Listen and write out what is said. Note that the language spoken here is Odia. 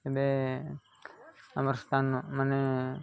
ଏବେ ଆମର ସ୍ଥାନ ମାନେ